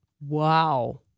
Wow